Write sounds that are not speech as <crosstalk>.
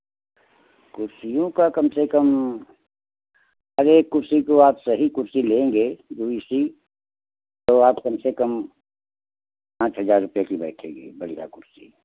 कुर्सियों का कम से कम हर एक कुर्सी के बाद सही कुर्सी लेंगे <unintelligible> छः आठ कम से कम पाँच हज़ार रुपये की बैठेगी बढ़ियाँ कुर्सी